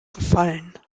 gefallen